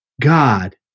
God